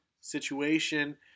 situation